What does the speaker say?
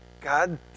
God